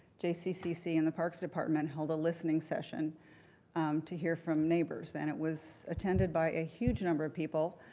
jccc and the parks department held a listening session to hear from neighbors, and it was attended by a huge number of people,